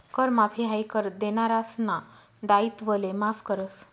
कर माफी हायी कर देनारासना दायित्वले माफ करस